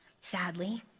sadly